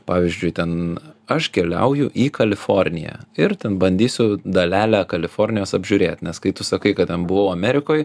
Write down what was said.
pavyzdžiui ten aš keliauju į kaliforniją ir ten bandysiu dalelę kalifornijos apžiūrėt nes kai tu sakai kad ten buvau amerikoj